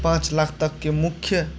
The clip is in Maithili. पाँच लाख तकके मुख्य